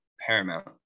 paramount